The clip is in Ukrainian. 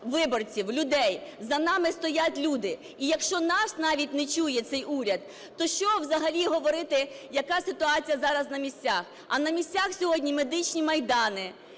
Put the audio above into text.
виборців, людей. За нами стоять люди. І якщо нас навіть не чує цей уряд, то що взагалі говорити, яка ситуація зараз на місцях. А на місцях сьогодні "медичні майдани",